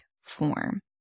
form